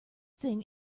thing